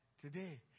Today